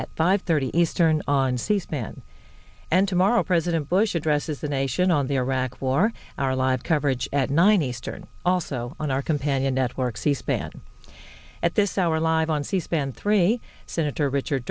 five thirty eastern on c span and tomorrow president bush addresses the nation on the iraq war our live coverage at nine eastern also on our companion network c span at this hour live on c span three senator richard